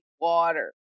water